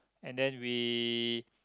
and then we